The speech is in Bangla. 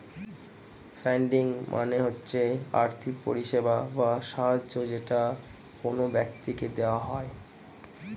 ফান্ডিং মানে হচ্ছে আর্থিক পরিষেবা বা সাহায্য যেটা কোন ব্যক্তিকে দেওয়া হয়